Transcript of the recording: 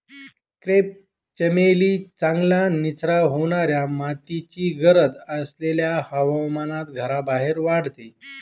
crepe चमेली चांगल्या निचरा होणाऱ्या मातीची गरज असलेल्या हवामानात घराबाहेर वाढते